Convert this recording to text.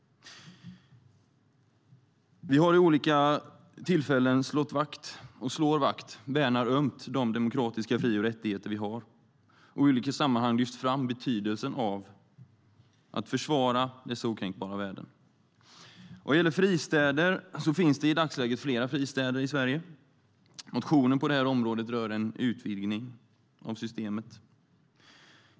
Vi har vid olika tillfällen slagit vakt om och värnar ömt de demokratiska fri och rättigheter vi har och har i olika sammanhang lyft fram betydelsen av att försvara dessa okränkbara värden. Det finns i dagsläget flera fristäder i Sverige. Motionen på det här området rör en utvidgning av systemet.